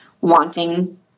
wanting